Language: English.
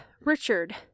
richard